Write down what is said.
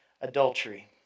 adultery